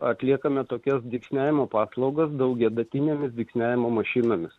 atliekame tokias dygsniavimo paslaugas daugiau adatinėmis dygsniavimo mašinomis